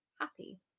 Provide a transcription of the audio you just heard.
happy